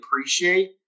appreciate